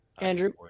Andrew